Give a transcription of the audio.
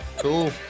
Cool